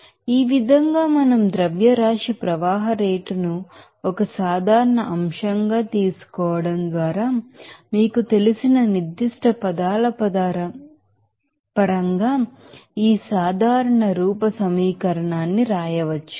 కాబట్టి ఈ విధంగా మనం మాస్ ఫ్లో రేట్ ను ఒక సాధారణ అంశంగా తీసుకోవడం ద్వారా మీకు తెలిసిన నిర్దిష్ట పదాల పరంగా ఈ కామన్ ఫాక్టర్ వ్రాయవచ్చు